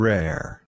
Rare